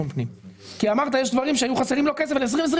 פנים כי אמרת שיש דברים שהיו חסרים לו כסף ב-2021.